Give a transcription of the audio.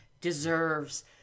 deserves